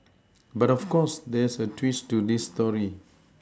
but of course there's a twist to this story